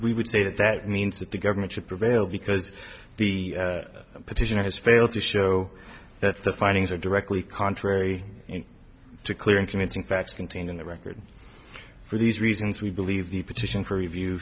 we would say that that means that the government should prevail because the petitioner has failed to show that the findings are directly contrary to clear and convincing facts contained in the record for these reasons we believe the petition for review